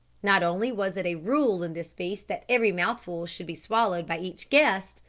not only was it a rule in this feast that every mouthful should be swallowed by each guest,